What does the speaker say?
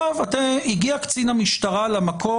הגיע קצין המשטרה למקום.